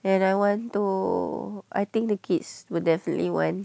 and I want to I think the kids will definitely want